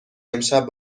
امشب